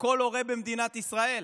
כל הורה במדינת ישראל.